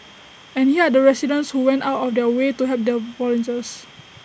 and here are the residents who went out of their way to help the volunteers